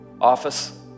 office